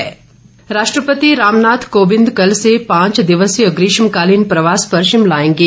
राष्ट्रपति दौरा राष्ट्रपति रामनाथ कोविंद कल से पांच दिवसीय ग्रीष्मकालीन प्रवास पर शिमला आएंगे